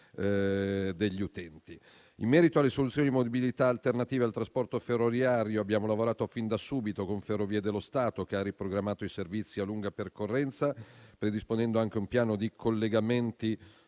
degli utenti. In merito alle soluzioni di mobilità alternative al trasporto ferroviario, abbiamo lavorato fin da subito con Ferrovie dello Stato, che ha riprogrammato i servizi a lunga percorrenza, predisponendo anche un piano di collegamenti